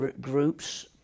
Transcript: groups